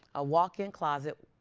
a walk-in closet.